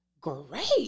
great